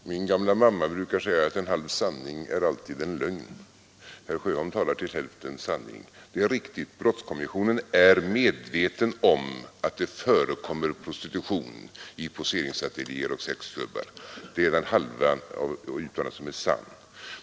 Fru talman! Min gamla mamma brukar säga att en halv sanning är alltid lögn. Herr Sjöholm talar till hälften sanning. Det är riktigt att brottskommissionen är medveten om att det förekommer prostitution i poseringsateljéer och sexklubbar. Det är den halva av uttalandet som är sann.